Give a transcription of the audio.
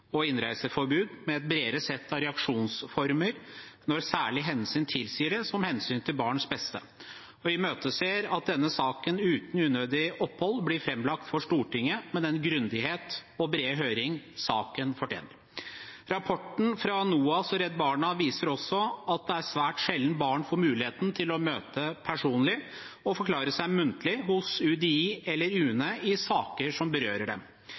og innreiseforbud med et bredere sett av reaksjonsformer når særlige hensyn tilsier det, som hensynet til barns beste. Vi imøteser at denne saken uten unødig opphold blir framlagt for Stortinget med den grundighet og den brede høringen saken fortjener. Rapporten fra NOAS og Redd Barna viser at det er svært sjelden barn får muligheten til å møte personlig og forklare seg muntlig hos UDI eller UNE i saker som berører dem.